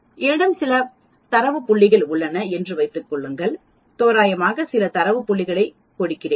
என்னிடம் சில தரவு புள்ளிகள் உள்ளன என்று வைத்துக் கொள்ளுங்கள் தோராயமாக சில தரவு புள்ளிகளைக் கொடுக்கிறேன்